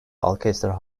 alcester